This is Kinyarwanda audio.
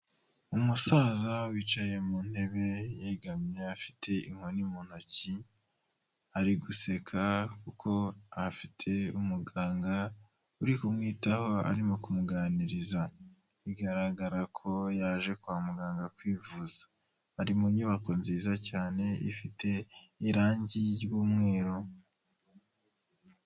Umusaza wicaye mu ntebe yegamye afite inkoni mu ntoki ari guseka kuko afite umuganga uri kumwitaho arimo kumuganiriza bigaragara ko yaje kwa muganga kwivuza ,ari mu nyubako nziza cyane ifite irangi ry'umweru.